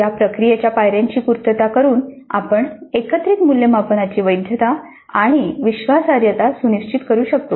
या प्रक्रियेच्या पायऱ्यांची पूर्तता करून आपण एकत्रित मूल्यमापनाची वैधता आणि विश्वासार्हता सुनिश्चित करू शकतो